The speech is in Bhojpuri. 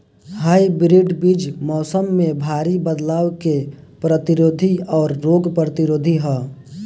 हाइब्रिड बीज मौसम में भारी बदलाव के प्रतिरोधी और रोग प्रतिरोधी ह